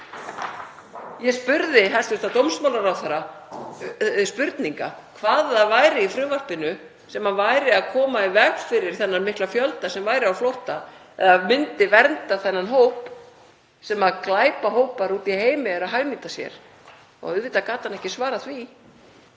Ég spurði hæstv. dómsmálaráðherra spurninga um hvað það væri í frumvarpinu sem kæmi í veg fyrir þennan mikla fjölda sem væri á flótta eða myndi vernda þennan hóp sem glæpahópar úti í heimi hagnýta sér. Auðvitað gat hann ekki svarað því,